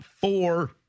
Four